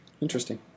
Interesting